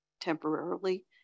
temporarily